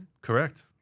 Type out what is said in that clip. Correct